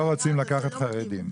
שלא רוצים לקחת חרדים.